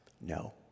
No